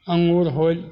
अङ्गूर होएल